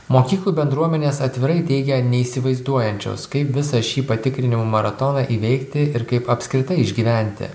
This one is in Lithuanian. mokyklų bendruomenės atvirai teigia neįsivaizduojančios kaip visą šį patikrinimų maratoną įveikti ir kaip apskritai išgyventi